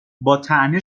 باطعنه